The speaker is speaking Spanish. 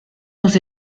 los